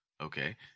Okay